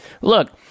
look